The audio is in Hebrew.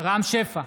רם שפע,